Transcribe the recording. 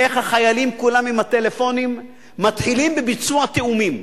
איך החיילים כולם עם הטלפונים מתחילים בביצוע תיאומים: